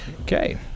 Okay